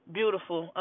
beautiful